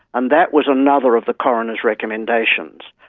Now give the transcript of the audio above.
and that was another of the coroner's recommendations,